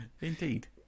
indeed